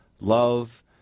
love